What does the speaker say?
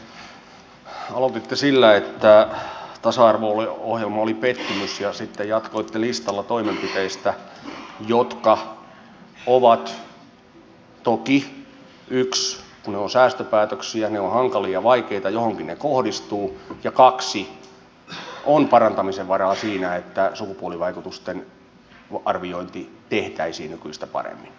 aloititte sillä että tasa arvo ohjelma oli pettymys ja sitten jatkoitte listalla toimenpiteistä jotka ovat toki kun ne ovat säästöpäätöksiä hankalia ja vaikeita ja kohdistuvat johonkin ja että on parantamisen varaa siinä että sukupuolivaikutusten arviointi tehtäisiin nykyistä paremmin